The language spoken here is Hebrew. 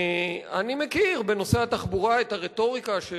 אני מכיר בנושא התחבורה את הרטוריקה של